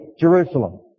Jerusalem